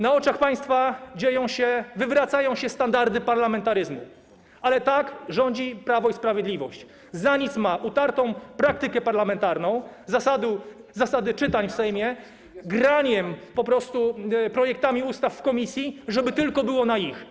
Na oczach państwa dzieją się, wywracają się standardy parlamentaryzmu, ale tak rządzi Prawo i Sprawiedliwość, które za nic ma utartą praktykę parlamentarną, zasady czytań w Sejmie, po prostu graniem projektami ustaw w komisji, żeby tylko było na ich.